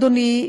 אדוני,